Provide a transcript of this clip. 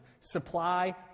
supply